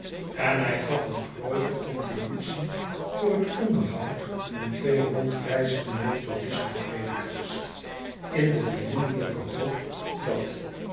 en hij gaf een groote contribute voor het onderhoud van twee rondreizende methodisten predikers in de beminnelijke hoop dat